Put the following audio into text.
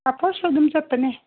ꯄꯥꯐꯣꯔꯁꯨ ꯑꯗꯨꯝ ꯆꯠꯄꯅꯦ